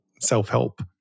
self-help